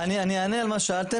אני אענה על מה ששאלתם,